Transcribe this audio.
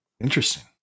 interesting